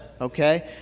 okay